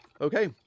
Okay